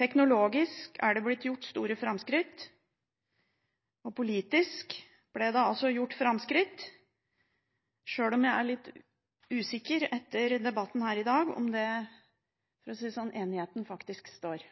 Teknologisk er det blitt gjort store framskritt, og politisk ble det altså gjort framskritt, sjøl om jeg etter debatten her i dag er litt usikker på om enigheten faktisk står.